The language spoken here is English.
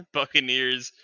Buccaneers